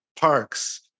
parks